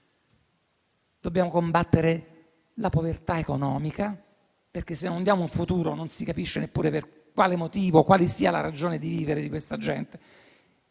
Dobbiamo combattere la povertà economica, perché se non diamo un futuro non si capisce neppure quale sia la ragione di vivere di questa gente,